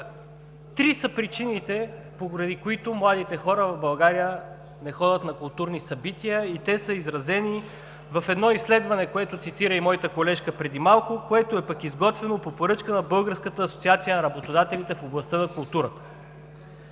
три са причините, поради които младите хора в България не ходят на културни събития, и те са изразени в едно изследване, което цитира и моята колежка преди малко, което пък е изготвено по поръчка на Българската асоциация на работодателите в областта на културата.